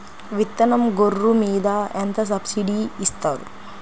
విత్తనం గొర్రు మీద ఎంత సబ్సిడీ ఇస్తారు?